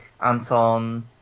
Anton